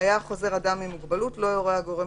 "היה החוזר אדם עם מוגבלות לא יורה הגורם